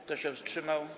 Kto się wstrzymał?